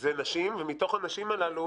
זה נשים, ומתוך הנשים הללו